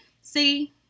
See